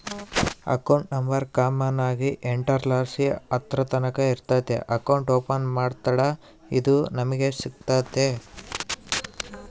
account number common ಆಗಿ ಎಂಟುರ್ಲಾಸಿ ಹತ್ತುರ್ತಕನ ಇರ್ತತೆ ಅಕೌಂಟ್ ಓಪನ್ ಮಾಡತ್ತಡ ಇದು ನಮಿಗೆ ಸಿಗ್ತತೆ